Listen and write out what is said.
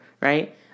right